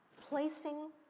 placing